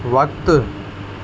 वक़्तु